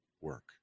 work